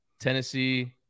Tennessee